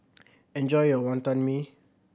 enjoy your Wonton Mee